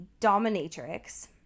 dominatrix